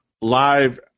live